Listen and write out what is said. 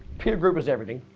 peer group is everything.